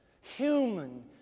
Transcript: human